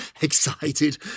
excited